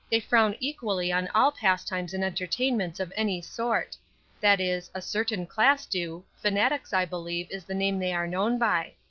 they frown equally on all pastimes and entertainments of any sort that is, a certain class do fanatics, i believe, is the name they are known by.